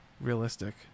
realistic